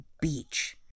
beach